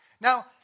Now